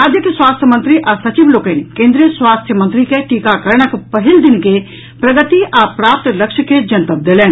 राज्यक स्वास्थ्य मंत्री आ सचिव लोकनि केन्द्रीय स्वास्थ्य मंत्री के टीकाकरणक पहिल दिन के प्रगति आ प्राप्त लक्ष्य के जनतब देलनि